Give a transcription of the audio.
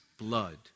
blood